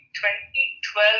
2012